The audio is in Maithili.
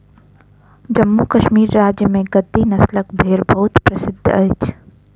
जम्मू कश्मीर राज्य में गद्दी नस्लक भेड़ बहुत प्रसिद्ध अछि